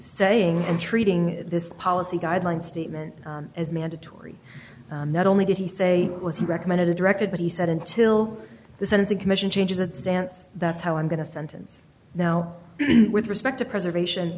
saying and treating this policy guideline statement as mandatory not only did he say was he recommended a directed but he said until the sentencing commission changes its stance that's how i'm going to sentence now with respect to preservation